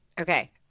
Okay